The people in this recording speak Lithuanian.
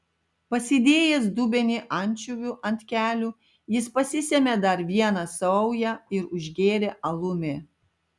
pasidėjęs dubenį ančiuvių ant kelių jis pasisėmė dar vieną saują ir užgėrė alumi